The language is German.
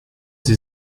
sie